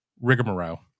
rigmarole